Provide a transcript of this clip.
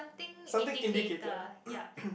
something indicator